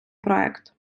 проект